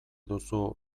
duzu